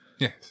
Yes